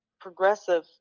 progressive